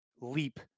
leap